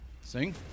Sing